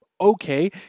okay